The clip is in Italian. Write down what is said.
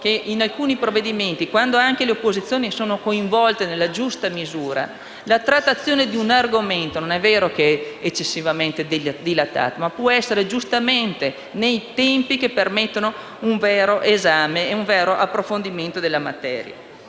per alcuni provvedimenti, quando anche le opposizioni sono coinvolte nella giusta misura, la trattazione di un argomento non è eccessivamente dilatata e può avvenire con tempi che permettono un vero esame e approfondimento della materia.